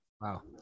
Wow